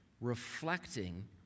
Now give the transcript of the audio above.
reflecting